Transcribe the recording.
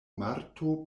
marto